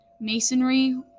masonry